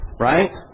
right